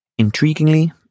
Intriguingly